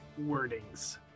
wordings